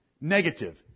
negative